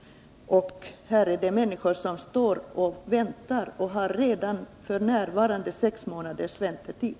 De människor som det nu gäller har redan f. n. sex månaders väntetid.